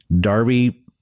Darby